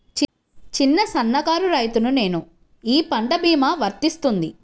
చిన్న సన్న కారు రైతును నేను ఈ పంట భీమా వర్తిస్తుంది?